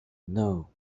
know